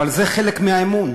אבל זה חלק מהאמון,